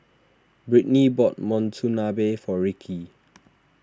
Brittnee bought Monsunabe for Ricki